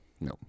No